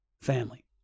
family